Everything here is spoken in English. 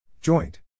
Joint